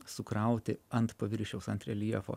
sukrauti ant paviršiaus ant reljefo